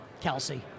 Kelsey